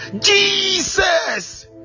jesus